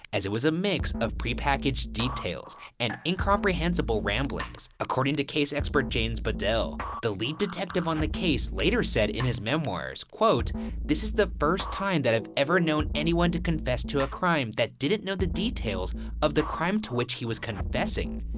as it was a mix of prepackaged details and incomprehensible ramblings. according to case expert james but badal, the lead detective on the case later said in his memoirs, this is the first time that i've ever known anyone to confess to a crime that didn't know the details of the crime to which he was confessing.